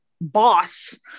boss